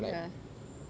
ya